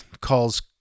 calls